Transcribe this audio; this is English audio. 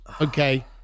okay